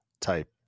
type